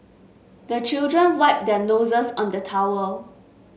the children wipe their noses on the towel